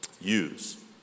use